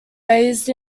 raised